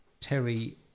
Terry